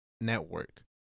network